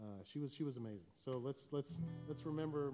she was she was amazing so let's let's let's remember